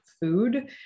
food